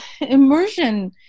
immersion